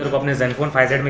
and zenfone five z. i mean